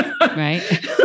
Right